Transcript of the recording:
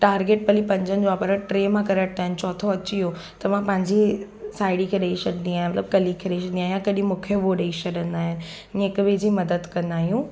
target भली पंजनि जो आहे पर टे मां करेक्ट आहिनि चोथों अची वियो त मां पंहिंजी साहेड़ी खे ॾेई छॾींदी आहियां मतिलबु कलीग खे ॾेई छॾींदी आहियां कॾहिं मूंखे उहो ॾेई छॾींदा आहिनि इएं हिकु ॿिए जी मदद कंदा आहियूं